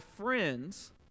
friends